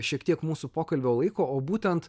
šiek tiek mūsų pokalbio laiko o būtent